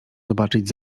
zobaczyć